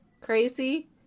crazy